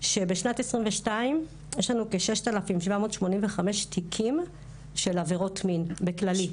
שבשנת 2022 יש לנו כ-6,785 תיקים של עבירות מין בכללי.